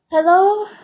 Hello